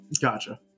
gotcha